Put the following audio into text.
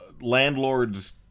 landlord's